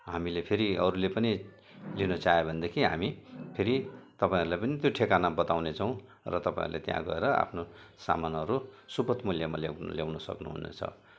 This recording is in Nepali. हामीले फेरि अरूले पनि लिन चाह्यो भनेदेखि हामी फेरि तपाईँहरूलाई पनि त्यो ठेगाना बताउने छौँ र तपाईँहरूले त्यहाँ गएर आफ्नो सामानहरू सुपथ मूल्यमा ल्याउन ल्याउनु सक्नुहुनेछ